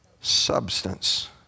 substance